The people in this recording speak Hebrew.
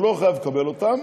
הוא לא חייב לקבל אותן,